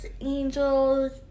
angels